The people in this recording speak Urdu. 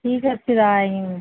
ٹھیک ہے پھر آئی ہوں